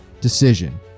decision